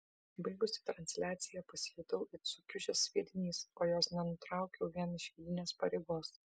baigusi transliaciją pasijutau it sukiužęs sviedinys o jos nenutraukiau vien iš vidinės pareigos